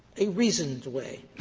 a reasoned way,